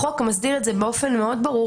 החוק מסדיר את זה באופן מאוד ברור.